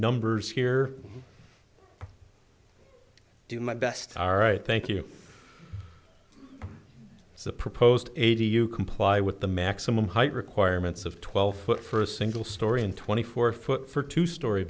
numbers here i do my best all right thank you it's a proposed eighty you comply with the maximum height requirements of twelve foot for a single story and twenty four foot for two storey